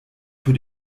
für